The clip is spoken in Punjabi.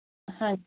ਹਾਂਜੀ